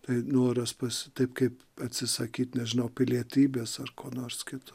tai noras pas taip kaip atsisakyt nežinau pilietybės ar ko nors kito